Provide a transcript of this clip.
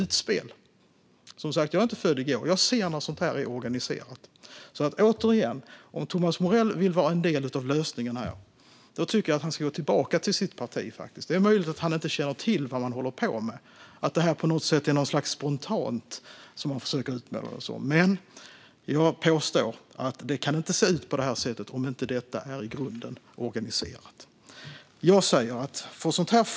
Jag är som sagt inte född i går, utan jag ser när sådant är organiserat. Om Thomas Morell vill vara en del av lösning vill jag återigen säga att han borde vända sig till sitt parti. Det är möjligt att han inte känner till vad de håller på med och att han tror att det är något spontant som folk försöker uppnå. Men jag påstår att det inte kan se ut så här om det inte i grunden är organiserat.